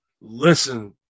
listen